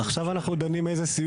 אני הייתי במשרד להגנת הסביבה.